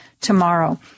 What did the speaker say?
tomorrow